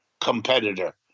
competitor